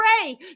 pray